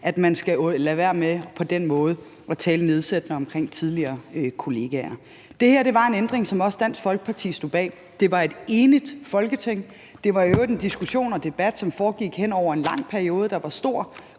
at man skal lade være med på den måde at tale nedsættende om tidligere kollegaer. Det her var en ændring, som også Dansk Folkeparti stod bag. Det var et enigt Folketing, der stod bag. Det var i øvrigt en diskussion og en debat, som foregik hen over en lang periode. Der var stor